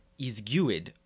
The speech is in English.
isguid